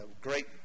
great